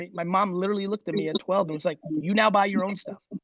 my mom literally looked at me at twelve and it's like you now buy your own stuff.